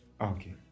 okay